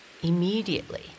Immediately